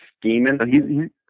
scheming